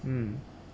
mm